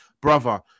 brother